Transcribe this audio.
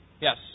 Yes